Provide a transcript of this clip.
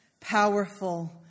powerful